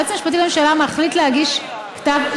היועץ המשפטי לממשלה מחליט להגיש כתב,